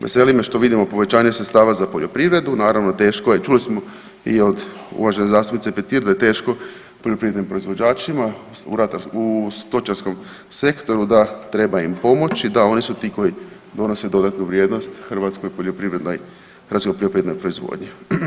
Veseli me što vidimo povećanje sredstava za poljoprivredu, naravno teško je čuli smo i od uvažene zastupnice Petir da je teško poljoprivrednim proizvođačima u stočarskom sektoru da treba im pomoći, da oni su ti koji donose dodatnu vrijednost hrvatskoj poljoprivrednoj proizvodnji.